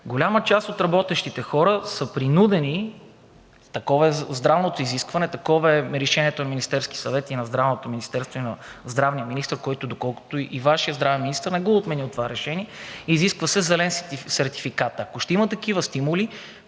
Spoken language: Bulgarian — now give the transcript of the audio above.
Голяма част от работещите хора са принудени, такова е здравното изискване, такова е решението на Министерския съвет и на Здравното министерство – именно здравният министър, доколкото и Вашият здравен министър не го е отменил това решение, изисква се зелен сертификат. Ако ще има такива стимули,